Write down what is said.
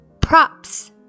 Props